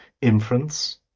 inference